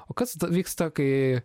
o kas vyksta kai